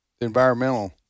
environmental